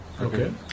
Okay